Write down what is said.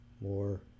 more